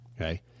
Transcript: Okay